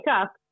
up